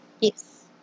Yes